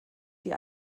die